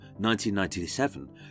1997